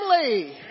family